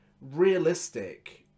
realistic